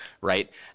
Right